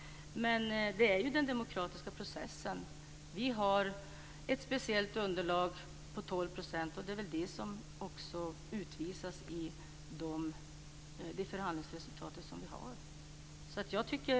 Men det är den demokratiska processen. Vi har ett speciellt underlag på 12 %. Det är det som utvisas i de förhandlingsresultat vi uppnår.